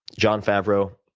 jon favreau,